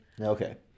Okay